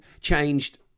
changed